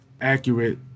accurate